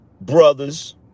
brothers